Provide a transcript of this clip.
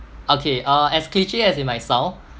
okay uh as cliche as it might sound